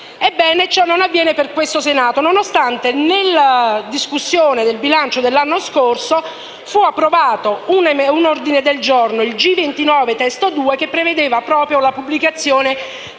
e ciò non avviene per il Senato, nonostante nella discussione del bilancio dell'anno scorso fu approvato un ordine del giorno, il G29 (testo 2) che prevedeva proprio la pubblicazione